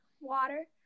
water